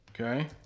okay